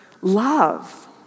love